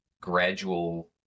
gradual